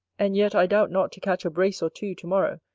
and yet, i doubt not to catch a brace or two to-morrow,